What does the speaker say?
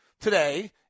today